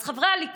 אז חברי הליכוד,